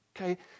Okay